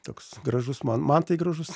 toks gražus man man tai gražus